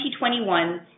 2021